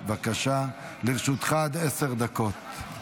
בבקשה, לרשותך עד עשר דקות.